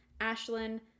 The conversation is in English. ashlyn